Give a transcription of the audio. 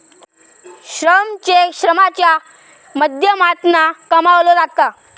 श्रम चेक श्रमाच्या माध्यमातना कमवलो जाता